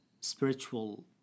spiritual